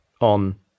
on